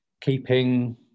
keeping